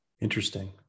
Interesting